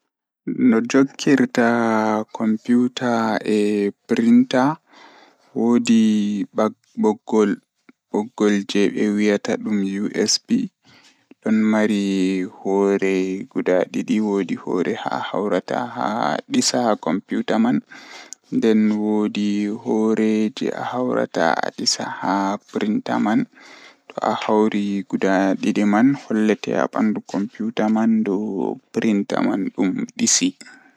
Jokkondir cable ngam sabu njiddaade printer e computer ngal to ngam haɓɓude printer ngal. Waawataa njiddaade wireless, jokkondir Wi-Fi ngam hokka to computer ngal. Njidi installation he printer ngal, njidi so tawii computer ngal njiddaade printer ngal e software.